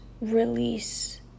release